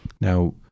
Now